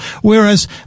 Whereas